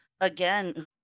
again